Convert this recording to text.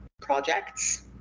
projects